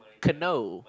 canoe